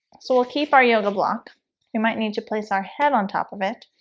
so we'll keep our yoga block you might need to place our head on top of it